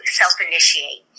self-initiate